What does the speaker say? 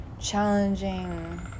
challenging